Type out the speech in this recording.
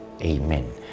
Amen